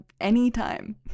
anytime